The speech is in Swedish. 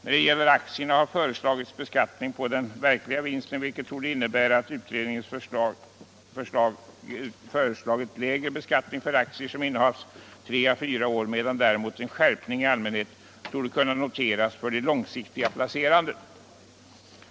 När det gäller aktierna har föreslagits beskattning på den verkliga vinsten, vilket torde innebära att utredningen föreslagit lägre beskattning för aktier som innehafts tre å fyra år, medan däremot en skärpning i allmänhet torde kunna noteras för det långsiktiga placerandet.